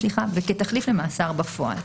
כתחליף למאסר בפועל.